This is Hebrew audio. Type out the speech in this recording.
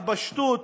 התפשטות,